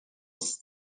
است